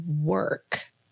work